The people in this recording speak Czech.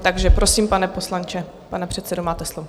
Takže prosím, pane poslanče, pane předsedo, máte slovo.